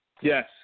Yes